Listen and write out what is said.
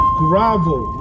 gravel